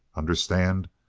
understand?